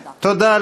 תודה.